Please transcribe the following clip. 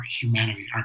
humanity